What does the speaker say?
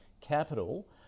Capital